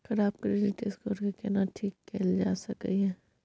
खराब credit score के केना ठीक कैल जा सकै ये?